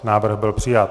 Návrh byl přijat.